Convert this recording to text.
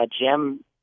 Jim